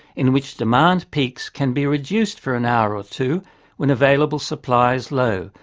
in which demand peaks can be reduced for an hour or two when available supply is low,